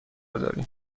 داریم